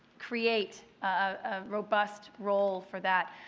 create a robust role for that.